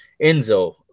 Enzo